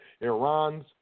Iran's